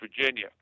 Virginia